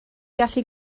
gallu